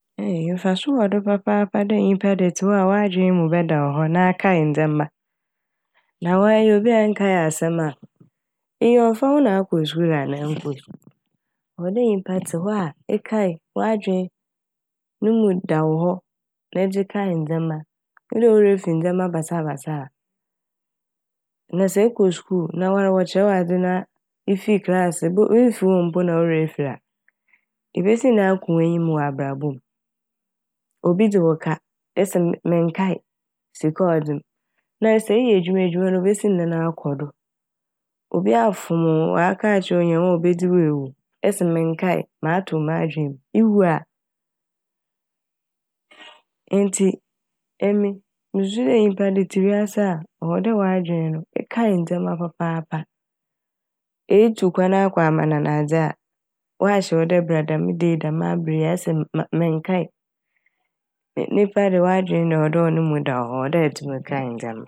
Eii! Mfaso wɔ do papaapa dɛ nyimpa de etse hɔ w'adwen mu bɛda wo hɔ na akae ndzɛma na wɔa eyɛ obi a nnkae asɛm a eyi ɔmmfa ho na akɔ skuul anaa ɛnnkɔ skuul. Ɔwɔ dɛ nyimpa etse hɔ ekae w'adwen mo mu eda wo hɔ na edze kae ndzɛma. Onnyi dɛ wo werɛ fir ndzɛma basaabasaa a na sɛ ekɔ skuul na woara wɔkyerɛ wo adze a na ifi klass mmfi hom mu mpo na wo werɛ efir a ebesi dɛn akɔ w'enyi wɔ abrabɔ m'. Obi dze wo ka ɛse mennkae sika ɔdze m' ma sɛ eyɛ edwuma a edwuma no obesi dɛn akɔ do. Obi afom wo ɔaka akyerɛ wo dɛ onya wo a obedzi wo ewu ɛse mennkae matow m'adwen mu, iwu a. Ntsi emi mususu dɛ nyimpa de etse wiase a ɔwɔ dɛ w'adwen no ekae ndzɛma papaapa. Etu kwan akɔ amananadze a ɔahyɛ wo dɛ bra dɛm da yi dɛm aber yi a ɛse me- me-mennkae nyimpa de w'adwen de ɔwɔ dɛ ne mu da hɔ ɔwɔ dɛ etum kae ndzɛma.